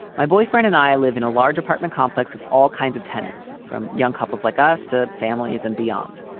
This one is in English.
my boyfriend and i live in a large apartment complex with all kinds of tenants tenants from young couples like us to families and beyond.